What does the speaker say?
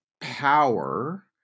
power